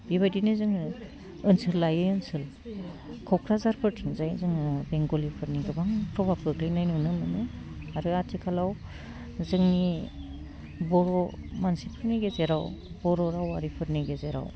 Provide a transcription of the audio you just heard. बेबायदिनो जोङो ओनसोल लायै ओनसोल क'क्राझारफोरथिंजाय जोङो बेंगलिफोरनि गोबां प्रभाब गोग्लैनाय नुनो मोनो आरो आथिखालाव जोंनि बर' मानसिफोरनि गेजेराव बर' रावारिफोरनि गेजेराव